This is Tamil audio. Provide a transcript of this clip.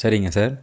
சரிங்க சார்